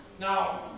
Now